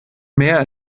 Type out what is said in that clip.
mehr